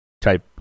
type